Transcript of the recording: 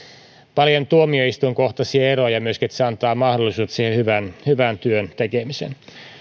paljon tuomioistuinkohtaisia eroja antaa mahdollisuuden siihen hyvän työn tekemiseen